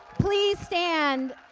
please stand,